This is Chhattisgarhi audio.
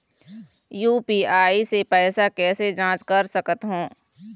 यू.पी.आई से पैसा कैसे जाँच कर सकत हो?